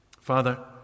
Father